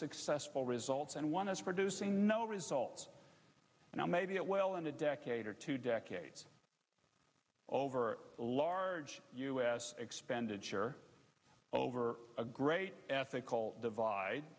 successful results and one is producing no results now maybe it well in a decade or two decades over a large us expenditure over a great ethical divide